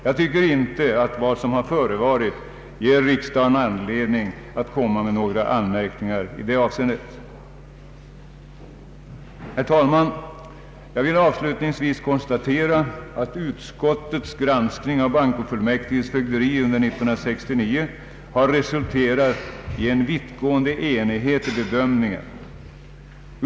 Jag tycker inte att vad som har förevarit ger riksdagen anledning att komma med några anmärkningar i det avseendet. Herr talman! Jag vill avslutningsvis konstatera att utskottets granskning av bankofullmäktiges fögderi under 1969 har resulterat i en vittgående enighet i bedömningen.